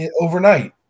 overnight